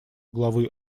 главы